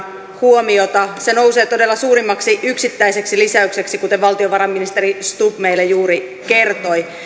huomiota se nousee todella suurimmaksi yksittäiseksi lisäykseksi kuten valtiovarainministeri stubb meille juuri kertoi